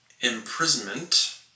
imprisonment